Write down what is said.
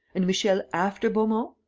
and michel after beaumont?